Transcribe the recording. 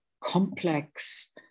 complex